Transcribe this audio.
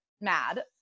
mad